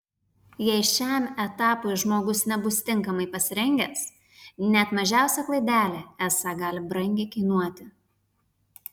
jei šiam etapui žmogus nebus tinkamai pasirengęs net mažiausia klaidelė esą gali brangiai kainuoti